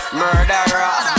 murderer